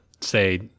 say